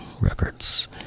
Records